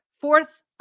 fourth